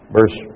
Verse